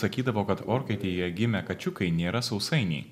sakydavo kad orkaitėje gimę kačiukai nėra sausainiai